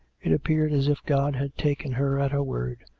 it appeared as if god had taken her at her word,